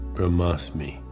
Brahmasmi